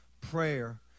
prayer